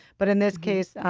but in this case,